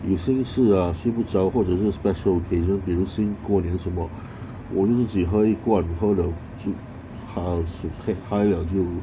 有心事啊睡不着或者是 special occasions 比如新过年什么我就自己喝一罐喝了就好好睡 high 了就